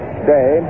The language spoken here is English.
today